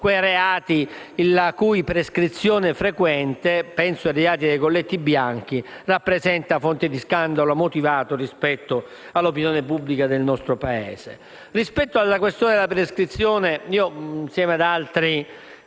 quelli la cui prescrizione frequente (penso ai reati dei colletti bianchi) rappresenta una fonte di scandalo motivato per l'opinione pubblica del nostro Paese. Rispetto al tema della prescrizione, insieme ad altri